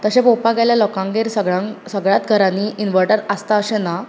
तशें पळोवपाक गेल्यार लोकांगेर सगळ्यांक सगळ्यात घरानी इन्वर्टर आसता अशें ना